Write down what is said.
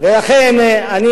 ולכן אני,